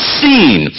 seen